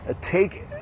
take